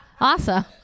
Awesome